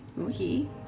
okay